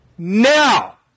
Now